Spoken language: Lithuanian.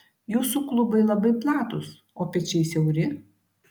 jūsų klubai labai platūs o pečiai siauri